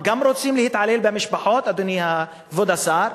מה, גם רוצים להתעלל במשפחות, כבוד השר?